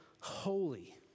Holy